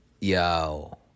Yo